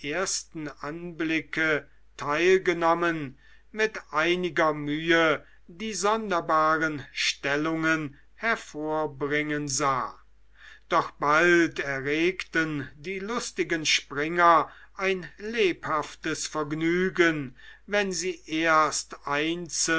ersten anblicke teilgenommen mit einiger mühe die sonderbaren stellungen hervorbringen sah doch bald erregten die lustigen springer ein lebhaftes vergnügen wenn sie erst